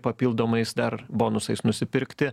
papildomais dar bonusais nusipirkti